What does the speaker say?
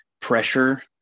pressure